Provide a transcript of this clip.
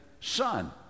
son